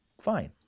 fine